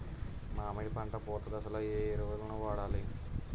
మామిడి పంట పూత దశలో ఏ ఎరువులను వాడాలి?